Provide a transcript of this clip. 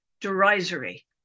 derisory